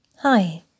Hi